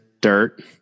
dirt